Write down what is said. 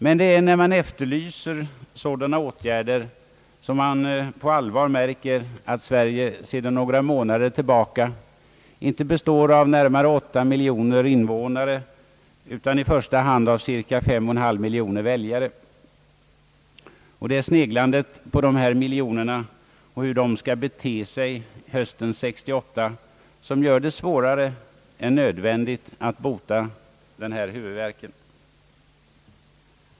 Men det är när man efterlyser sådana åtgärder som man på allvar märker att Sverige sedan några månader inte består av bortåt 8 miljoner invånare utan i första hand av cirka 5,5 miljoner väljare. Sneglandet på hur dessa miljoner skall bete sig hösten 1968 gör det svårare än nödvändigt att bota huvudvärken.